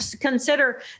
consider